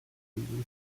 figli